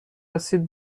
رسید